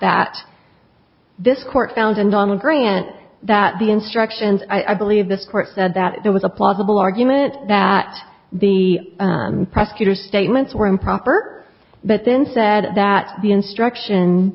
that this court found and on the grant that the instructions i believe this court said that there was a plausible argument that the prosecutor's statements were improper but then said that the instruction